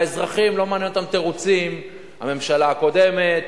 האזרחים, לא מעניין אותם תירוצים, הממשלה הקודמת,